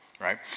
right